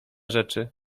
rzeczy